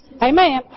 Amen